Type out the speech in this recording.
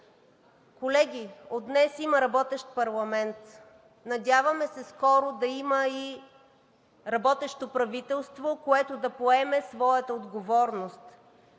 Колеги, от днес има работещ парламент. Надяваме се скоро да има и работещо правителство, което да поеме своята отговорност,